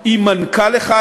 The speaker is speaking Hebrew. עם מנכ"ל אחד,